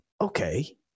Okay